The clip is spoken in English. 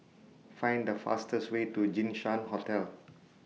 Find The fastest Way to Jinshan Hotel